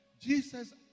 Jesus